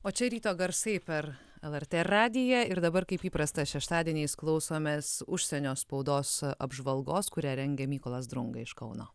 o čia ryto garsai per lrt radiją ir dabar kaip įprasta šeštadieniais klausomės užsienio spaudos apžvalgos kurią rengė mykolas drunga iš kauno